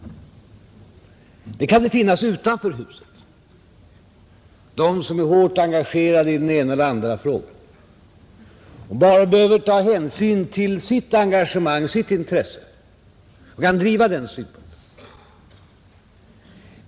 Det kan det finnas utanför huset hos dem som är hårt engagerade i den ena eller andra frågan och bara behöver ta hänsyn till sitt engagemang, sitt intresse och kan driva den synpunkten.